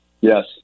Yes